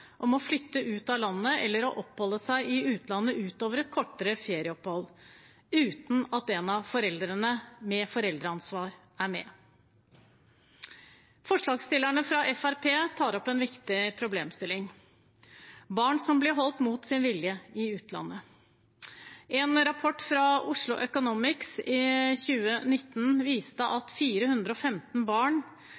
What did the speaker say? om å flytte ut av landet eller oppholde seg i utlandet utover et kortere ferieopphold uten at en av foreldrene med foreldreansvar er med. Forslagsstillerne fra Fremskrittspartiet tar opp en viktig problemstilling: barn som blir holdt mot sin vilje i utlandet. En rapport fra Oslo Economics i 2019 viste